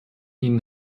ihnen